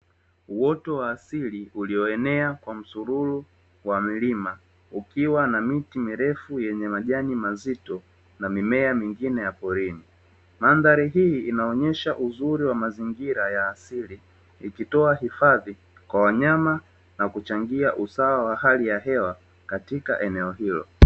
Uoto wa asili ulioenea kwa msururu wa milima unao changia ausawa wa hali ya hewa katika eneo hilo